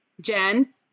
Jen